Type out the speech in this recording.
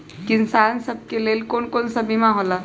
किसान सब के लेल कौन कौन सा बीमा होला?